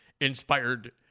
inspired